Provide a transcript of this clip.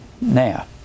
Now